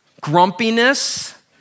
grumpiness